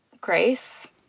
grace